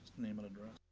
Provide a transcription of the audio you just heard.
name and address.